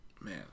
Man